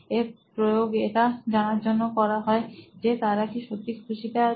এর প্রয়োগ এটা জানার জন্য করা হয় যে তারা কি সত্যিই খুশিতে আছে